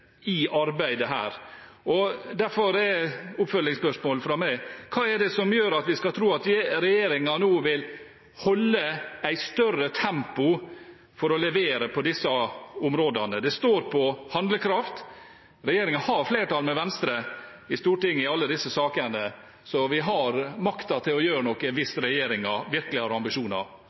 arbeidet her. Derfor er oppfølgingsspørsmålet fra meg: Hva er det som gjør at vi skal tro at regjeringen nå vil holde et større tempo for å levere på disse områdene? Det står på handlekraft. Regjeringen har flertall med Venstre i Stortinget i alle disse sakene, så vi har makten til å gjøre noe hvis regjeringen virkelig har ambisjoner